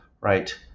right